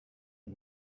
die